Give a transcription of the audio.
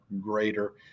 greater